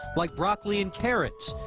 like broccoli and carrots.